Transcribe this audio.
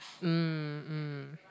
mm mm